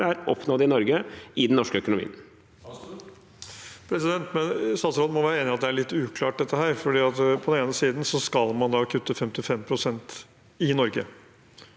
er oppnådd i Norge, i den norske økonomien.